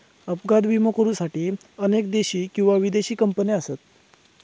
अपघात विमो करुसाठी अनेक देशी किंवा विदेशी कंपने असत